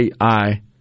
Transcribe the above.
AI